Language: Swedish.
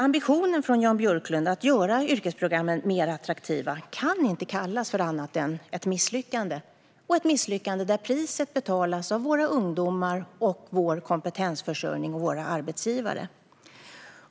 Ambitionen från Jan Björklund, att göra yrkesprogrammen mer attraktiva, kan inte kallas för annat än ett misslyckande, ett misslyckande där priset betalas av våra ungdomar, vår kompetensförsörjning och våra arbetsgivare.